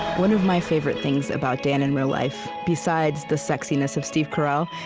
one of my favorite things about dan in real life, besides the sexiness of steve carell,